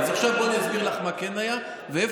עכשיו בואי ואני אסביר לך מה כן היה ואיפה